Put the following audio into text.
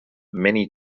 many